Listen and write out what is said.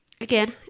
again